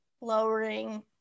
lowering